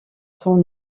ton